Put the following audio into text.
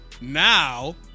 Now